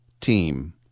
team